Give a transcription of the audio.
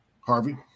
Harvey